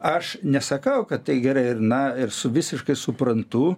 aš nesakau kad tai gerai ir na ir su visiškai suprantu